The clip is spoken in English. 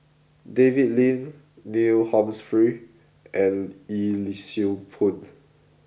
David Lim Neil Humphreys and Yee Siew Pun